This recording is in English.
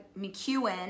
McEwen